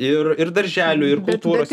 ir ir darželių ir kultūros